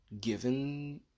given